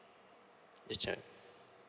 the child